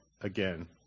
again